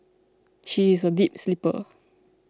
she is a deep sleeper